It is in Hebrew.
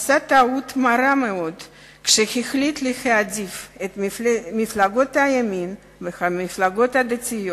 עשה טעות מרה מאוד כשהחליט להעדיף את מפלגות הימין והמפלגות הדתיות